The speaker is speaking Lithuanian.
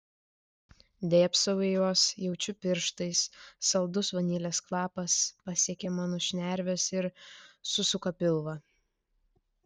dėbsau į juos jaučiu pirštais saldus vanilės kvapas pasiekia man šnerves ir susuka pilvą